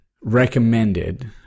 recommended